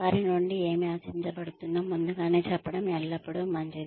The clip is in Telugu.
వారి నుండి ఏమి ఆశించబడుతుందో ముందుగానే చెప్పడం ఎల్లప్పుడూ మంచిది